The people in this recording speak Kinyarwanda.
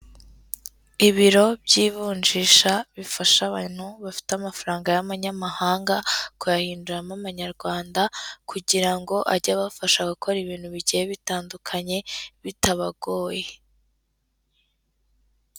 Ibiro by'ivunjisha, bifasha abantu bafite amafaranga y'amanyamahanga, kuyahinduramo amanyarwanda, kugira ngo ajye abafasha gukora ibintu bigiye bitandukanye, bitabagoye.